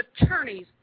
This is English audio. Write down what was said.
attorneys